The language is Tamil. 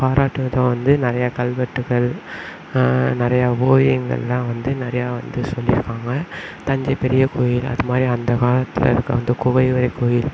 பாராட்டும் விதமாக வந்து நிறையா கல்வெட்டுகள் நிறையா ஓவியங்கள்லாம் வந்து நிறையா வந்து சொல்லியிருக்காங்க தஞ்சை பெரிய கோயில் அதுமாதிரி அந்த காலத்தில் இருக்க அந்த குகைவரை கோயில்